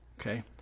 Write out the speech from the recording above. okay